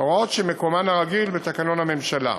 הוראות שמקומן הרגיל בתקנון הממשלה.